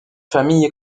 famille